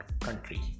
country